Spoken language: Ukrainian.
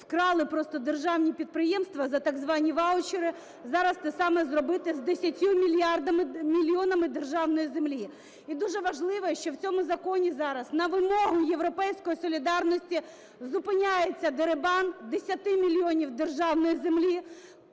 вкрали просто державні підприємства за так звані ваучери, зараз те саме зробити з 10 мільйонами державної землі. І дуже важливо, що в цьому законі зараз на вимогу "Європейської солідарності" зупиняється дерибан 10 мільйонів державної землі,